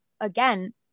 again